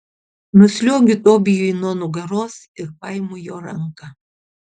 nusliuogiu tobijui nuo nugaros ir paimu jo ranką